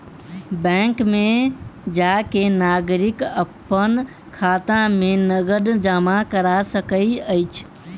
bank में जा के नागरिक अपन खाता में नकद जमा करा सकैत अछि